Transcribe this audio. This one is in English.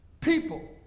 People